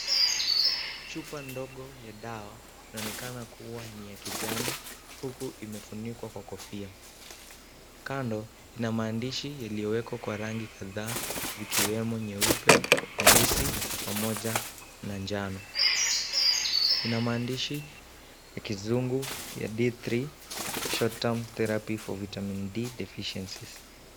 Chupa ndogo ya dawa inaonekana kuwa ni ya kijani huku imefunikwa kwa kofia, kando ina maandishi yaliyowekwa kwa rangi kadhaa, ikiwemo nyeupe, nyeusi, pamoja, na njano, ina maandishi ya kizungu ya D3, short term therapy for vitamin D deficiencies .